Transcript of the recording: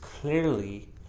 clearly